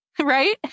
right